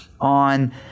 on